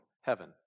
heaven